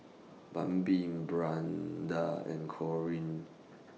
Bambi Brianda and Corine